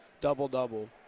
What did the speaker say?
double-double